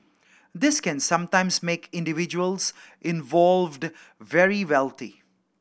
this can sometimes make individuals involved very wealthy